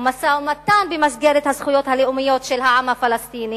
ומשא-ומתן במסגרת הזכויות הלאומיות של העם הפלסטיני,